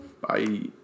Bye